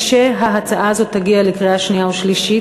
כשההצעה הזאת תגיע לקריאה שנייה ושלישית,